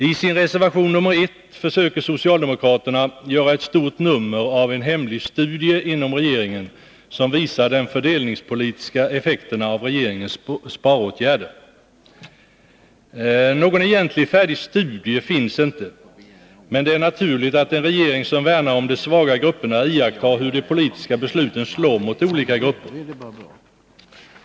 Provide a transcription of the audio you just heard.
I sin reservation nr 1 försöker socialdemokraterna göra ett stort nummer av en ”hemlig studie” inom regeringen, som visar de fördelningspolitiska effekterna av regeringens sparåtgärder. Någon egentlig, färdig studie finns ej, men det är naturligt att en regering som värnar om de svaga grupperna iakttar hur de politiska besluten slår mot olika grupper.